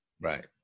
Right